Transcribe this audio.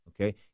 okay